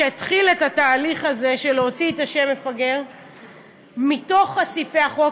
שהתחיל את התהליך הזה של להוציא את השם מפגר מתוך סעיפי החוק.